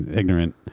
ignorant